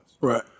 Right